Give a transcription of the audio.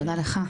תודה לך.